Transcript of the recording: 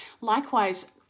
likewise